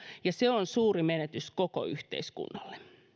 ja se on suuri menetys koko yhteiskunnalle